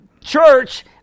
church